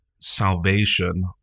salvation